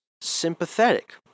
sympathetic